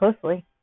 closely